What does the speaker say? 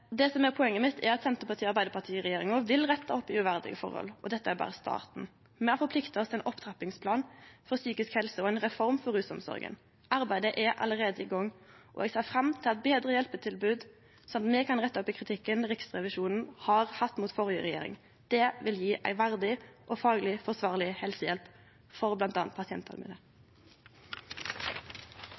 Det som er poenget mitt, er at Senterparti–Arbeidarparti-regjeringa vil rette opp i uverdige forhold, og dette er berre starten. Me har forplikta oss til ein opptrappingsplan for psykisk helse og ei reform for rusomsorga. Arbeidet er allereie i gang, og eg ser fram til å ha betre hjelpetilbod, sånn at me kan rette opp i kritikken Riksrevisjonen har hatt mot førre regjering. Det vil gje ei verdig og fagleg forsvarleg helsehjelp for bl.a. pasientane mine. Det